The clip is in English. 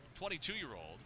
22-year-old